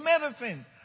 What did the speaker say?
medicine